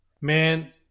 Man